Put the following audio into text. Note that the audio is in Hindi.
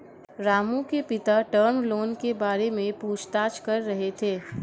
रामू के पिता टर्म लोन के बारे में पूछताछ कर रहे थे